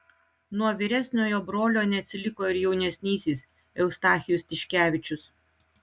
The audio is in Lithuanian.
nuo vyresniojo brolio neatsiliko ir jaunesnysis eustachijus tiškevičius